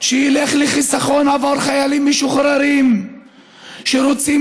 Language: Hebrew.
שילך לחיסכון עבור חיילים משוחררים שרוצים